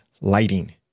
lighting